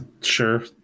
sure